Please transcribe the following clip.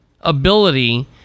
ability